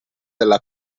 della